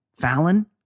Fallon